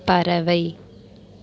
பறவை